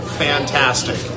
fantastic